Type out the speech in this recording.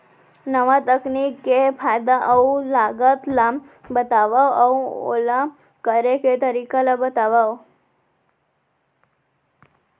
नवा तकनीक के फायदा अऊ लागत ला बतावव अऊ ओला करे के तरीका ला बतावव?